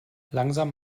langsam